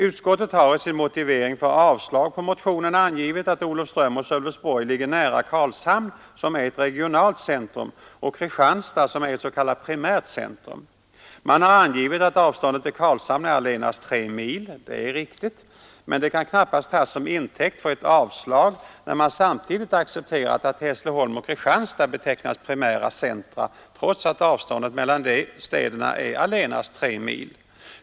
Utskottet har i sin motivering för avslag på motionen angivit att Olofström och Sölvesborg ligger nära Karlshamn, som är ett regionalt centrum, och Kristianstad, som är ett s.k. primärt centrum. Man har angivit att avståndet till Karlshamn är allenast 3 mil. Det är riktigt. Men det kan knappast tas som intäkt för ett avslag när man samtidigt accepterat att Hässleholm och Kristianstad betecknats som primära centra trots att avståndet mellan de städerna är allenast 3 mil.